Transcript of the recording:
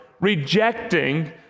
rejecting